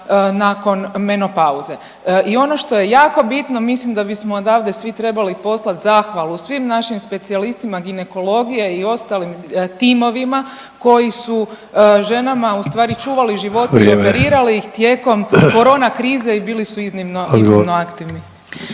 nakon menopauze. I ono što je jako bitno mislim da bismo odavde svi trebati poslati zahvalu svim našim specijalistima ginekologije i ostalim timovima koji su ženama ustvari čuvali živote …/Upadica: Vrijeme./… i operirali ih tijekom korona krize i bili su iznimno, iznimno